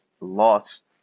lost